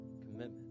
commitment